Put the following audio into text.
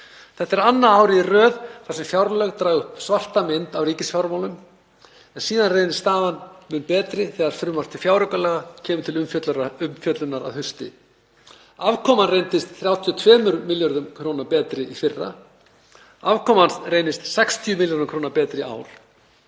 Þetta er annað árið í röð þar sem fjárlög draga upp svarta mynd af ríkisfjármálum en síðan reynist staðan mun betri þegar frumvarp til fjáraukalaga kemur til umfjöllunar að hausti. Afkoman reyndist 32 milljörðum kr. betri í fyrra og afkoman reynist 60 milljörðum kr. betri í ár.